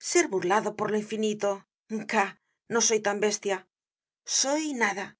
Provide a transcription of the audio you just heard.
ser burlado por lo infinito cá no soy tan bestia soy nada me